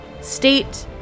state